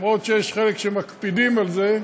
למרות שיש חלק שמקפידים על זה,